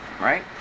right